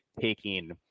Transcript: taking